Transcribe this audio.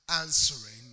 answering